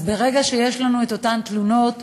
אז ברגע שיש לנו את אותן תלונות,